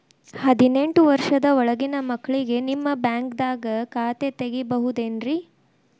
ಹದಿನೆಂಟು ವರ್ಷದ ಒಳಗಿನ ಮಕ್ಳಿಗೆ ನಿಮ್ಮ ಬ್ಯಾಂಕ್ದಾಗ ಖಾತೆ ತೆಗಿಬಹುದೆನ್ರಿ?